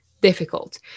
difficult